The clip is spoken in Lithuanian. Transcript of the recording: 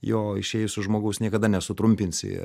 jo išėjusio žmogaus niekada nesutrumpinsi